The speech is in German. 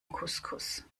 couscous